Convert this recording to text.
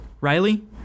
Riley